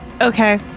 Okay